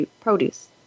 produce